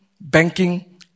banking